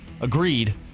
agreed